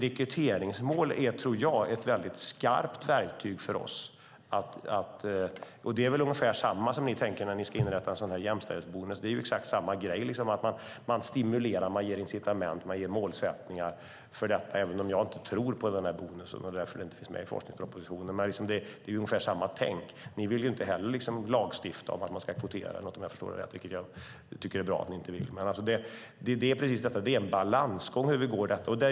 Rekryteringsmål tror jag är ett skarpt verktyg. Det är väl ungefär så ni tänker när det gäller att inrätta en jämställdhetsbonus. Det är samma sak. Man stimulerar, ger incitament och sätter upp mål, även om jag inte tror på den där bonusen och den därför inte finns med i forskningspropositionen. Men det är ungefär samma tänk. Ni vill ju inte heller lagstifta om att man ska kvotera, vilket jag tycker är bra att ni inte vill.